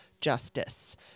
justice